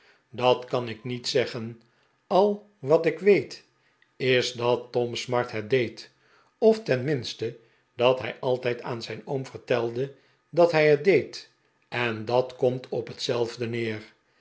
dat kan ik niet zeggen al wat ik weet is dat tom smart het deed of ten minste dat hij altijd aan mijn oom vertelde dat hij het deed en dat komt op hetzelfde neer